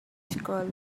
scholar